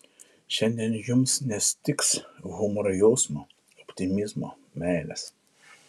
šiandien jums nestigs humoro jausmo optimizmo meilės